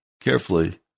carefully